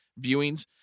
viewings